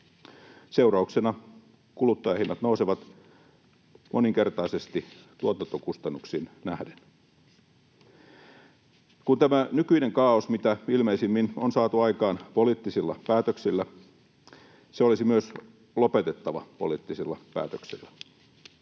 Seurauksena kuluttajahinnat nousevat moninkertaisesti tuotantokustannuksiin nähden. Kun tämä nykyinen kaaos mitä ilmeisimmin on saatu aikaan poliittisilla päätöksillä, se olisi myös lopetettava poliittisilla päätöksillä.